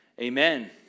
Amen